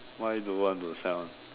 why do you want to sign on